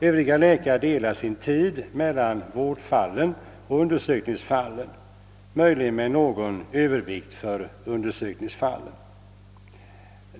Övriga läkare delar sin tid mellan vårdfallen och undersökningsfallen — möjligen med någon övervikt för de senare.